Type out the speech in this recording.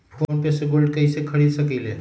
Phone पे से gold कईसे खरीद सकीले?